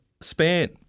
span